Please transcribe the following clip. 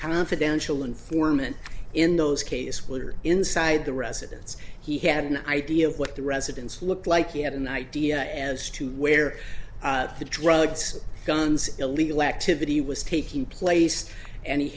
confidential informant in those case were inside the residence he had an idea of what the residence looked like he had an idea as to where the drugs guns illegal activity was taking place and he